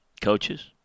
coaches